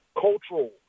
cultural